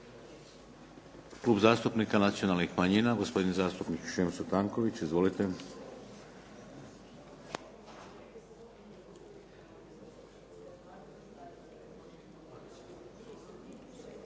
Klub zastupnika nacionalnih manjina, gospodin zastupnik Šemsko Tanković. Izvolite.